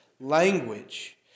language